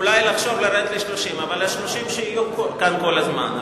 אולי לחשוב לרדת ל-30 אבל שה-30 יהיו פה כל הזמן.